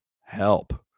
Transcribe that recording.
help